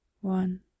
one